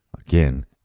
again